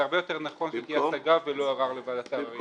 זה הרבה יותר נכון שתהיה השגה ולא ערר לוועדת העררים.